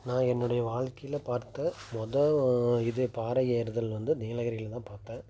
நான் என்னுடைய வாழ்க்கையில் பார்த்த மொதல் இது பாறை ஏறுதல் வந்து நீலகிரியில்தான் பார்த்தேன்